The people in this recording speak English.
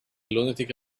lunatic